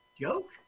Joke